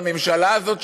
בממשלה הזאת,